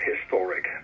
historic